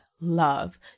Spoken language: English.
love